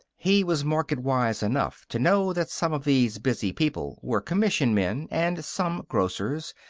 he was marketwise enough to know that some of these busy people were commission men, and some grocers,